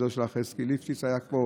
העוזר שלך חזקי ליפשיץ היה פה,